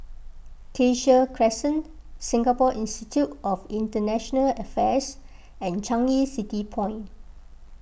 Cassia Crescent Singapore Institute of International Affairs and Changi City Point